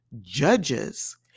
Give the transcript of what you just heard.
judges